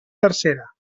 tercera